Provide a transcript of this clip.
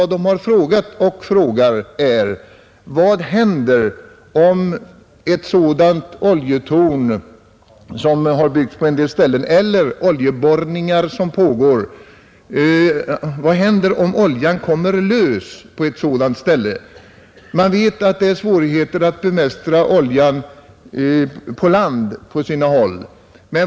De frågar emellertid ofta: Vad händer om oljan kommer lös vid ett av de borrtorn som har byggts på en del ställen? Vi vet att det på sina håll är svårt att bemästra oljan på land.